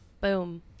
Boom